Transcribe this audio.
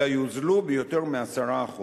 אלא יוזלו ביותר מ-10%.